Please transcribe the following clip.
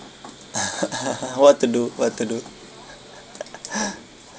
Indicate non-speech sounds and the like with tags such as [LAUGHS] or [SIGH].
[LAUGHS] what to do what to do [LAUGHS]